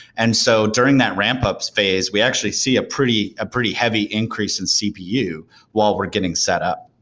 and so during that ramp up space, we actually see a pretty ah pretty heavy increase in cpu while we're getting set up.